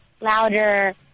louder